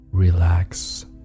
Relax